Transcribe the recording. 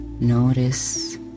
notice